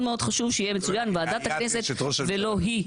מאוד חשוב שיהיה מצוין ועדת הכנסת ולא 'היא תהיה'.